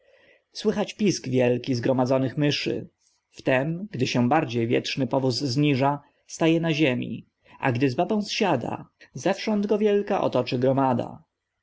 słychać pisk wielki zgromadzonych myszy wtem gdy się bardziej wietrzny powóz zniża staje na ziemi a gdy z babą zsiada zewsząd go wielka otoczy gromada